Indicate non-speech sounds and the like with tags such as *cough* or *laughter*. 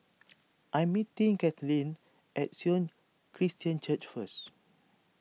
*noise* I'm meeting Caitlynn at Sion Christian Church first